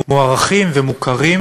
מוערכים ומוכרים,